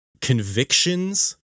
convictions